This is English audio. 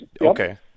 okay